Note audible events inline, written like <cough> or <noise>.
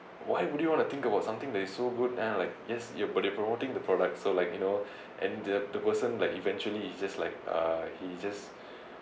why would you wanna think about something that is so good and I'm like yes you are but you're promoting the product so like you know <breath> and the the person like eventually he just like he just